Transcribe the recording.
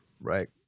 Right